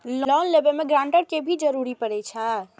Loan लेबे में guarantor के भी जरूरी परे छै?